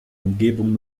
umgebung